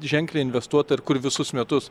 ženkliai investuota ir kur visus metus